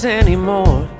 anymore